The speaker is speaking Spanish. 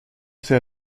sea